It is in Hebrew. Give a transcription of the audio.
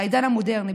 בעידן המודרני,